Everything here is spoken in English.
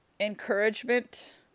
encouragement